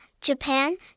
Japan